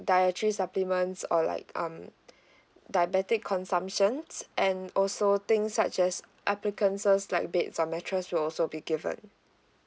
dietary supplements or like um diabetic consumptions and also things such as appliances like beds and mattress will also be given